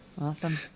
Awesome